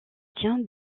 tient